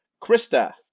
Krista